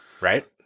Right